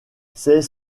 c’est